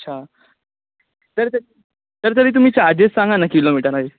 अच्छा सर तरी सर तरी तुम्ही चार्जेस सांगा ना किलोमीटर वाईज